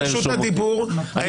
אתה תבקש את רשות הדיבור --- ביקשתי.